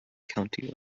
county